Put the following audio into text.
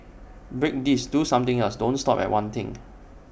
break this do something else don't stop at one thing